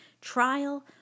trial